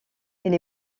elle